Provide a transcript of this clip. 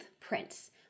prince